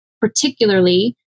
particularly